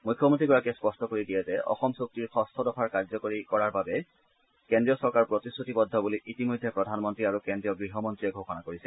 মুখ্যমন্ত্ৰীগৰাকীয়ে স্পষ্ট কৰি দিয়ে যে অসম চুক্তিৰ ষষ্ঠ দফাৰ কাৰ্যকৰী কৰাৰ বাবে কেন্দ্ৰীয় চৰকাৰ প্ৰতিশ্ৰতিবদ্ধ বুলি ইতিমধ্যে প্ৰধানমন্তী আৰু কেন্দ্ৰীয় গৃহমন্ত্ৰীয়ে ঘোষণা কৰিছে